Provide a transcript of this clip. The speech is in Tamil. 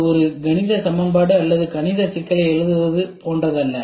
இது ஒரு கணித சமன்பாடு அல்லது கணித சிக்கலை எழுதுவது போன்றதல்ல